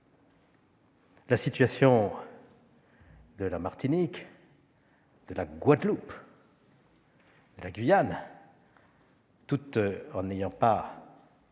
La situation de la Martinique, de la Guadeloupe et de la Guyane, tout en n'ayant pas